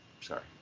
Sorry